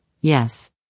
yes